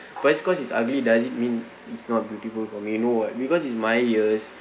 but just cause it's ugly doesn't mean it's not beautiful for me you know what because in my ears